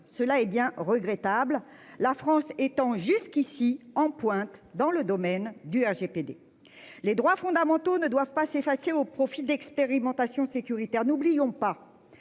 Cela est bien regrettable. La France étant jusqu'ici en pointe dans le domaine du RGPD. Les droits fondamentaux ne doivent pas s'effacer au profit d'expérimentation sécuritaire n'oublions pas.